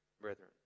brethren